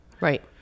Right